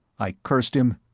i cursed him,